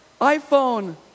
iPhone